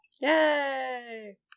Yay